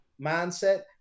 mindset